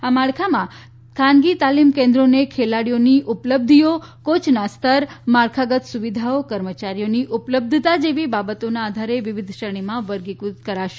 આ માળખામાં ખાનગી તાલીમ કેન્દ્રોને ખેલાડોઓની ઉપલબ્ધિઓ કોયના સ્તર માળખાગત સુવિધાઓ કર્મચારીઓની ઉપલબ્ધતા જેવી બાબતોને આધારે વિવિધ શ્રેણીમાં વર્ગીફત કરાશે